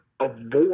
avoid